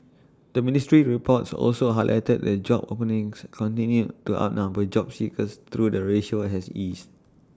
the ministry's reports also highlighted that job openings continued to outnumber job seekers though the ratio has eased